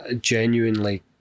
genuinely